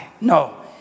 No